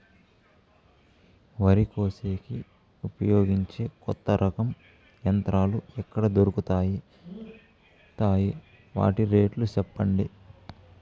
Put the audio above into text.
వరి కోసేకి ఉపయోగించే కొత్త రకం యంత్రాలు ఎక్కడ దొరుకుతాయి తాయి? వాటి రేట్లు చెప్పండి?